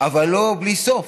אבל לא בלי סוף.